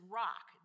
rock